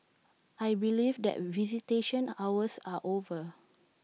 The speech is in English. I believe that visitation hours are over